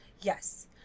Yes